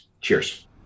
Cheers